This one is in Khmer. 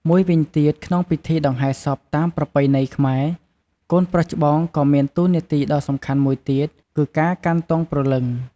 មួយវិញទៀតក្នុងពិធីដង្ហែសពតាមប្រពៃណីខ្មែរ កូនប្រុសច្បងក៏មានតួនាទីដ៏សំខាន់មួយទៀត គឺការកាន់ទង់ព្រលឹង។